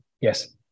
yes